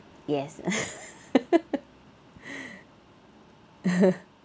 yes